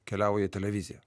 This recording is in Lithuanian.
keliauja į televiziją